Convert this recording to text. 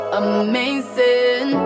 amazing